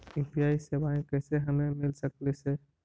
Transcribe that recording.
UPI सेवाएं कैसे हमें मिल सकले से?